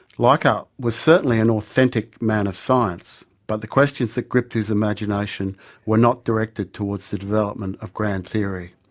leichhardt was certainly an authentic man of science, but the questions that gripped his imagination were not directed towards the development of grand theory.